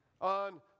on